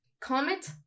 Comet